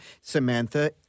Samantha